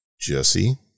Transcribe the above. Jesse